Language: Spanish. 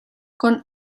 con